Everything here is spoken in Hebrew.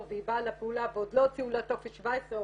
והיא באה לפעולה ועוד לא הוציאו לה טופס 17,